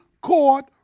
Court